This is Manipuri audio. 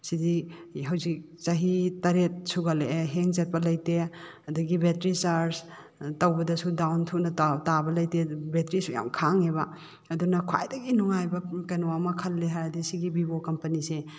ꯁꯤꯗꯤ ꯍꯧꯖꯤꯛ ꯆꯍꯤ ꯇꯔꯦꯠ ꯁꯨꯒꯠꯂꯛꯑꯦ ꯍꯦꯡ ꯆꯠꯄ ꯂꯩꯇꯦ ꯑꯗꯒꯤ ꯕꯦꯇ꯭ꯔꯤ ꯆꯥꯔꯖ ꯇꯧꯕꯗꯁꯨ ꯗꯥꯎꯟ ꯊꯨꯅ ꯇꯥꯕ ꯂꯩꯇꯦ ꯕꯦꯇ꯭ꯔꯤꯁꯨ ꯌꯥꯝ ꯈꯥꯡꯉꯦꯕ ꯑꯗꯨꯅ ꯈ꯭ꯋꯥꯏꯗꯒꯤ ꯅꯨꯡꯉꯥꯏꯕ ꯀꯩꯅꯣ ꯑꯃ ꯈꯜꯂꯦ ꯍꯥꯏꯔꯗꯤ ꯁꯤꯒꯤ ꯚꯤꯕꯣ ꯀꯝꯄꯅꯤꯁꯦ